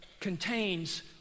contains